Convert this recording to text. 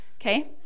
okay